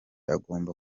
agomba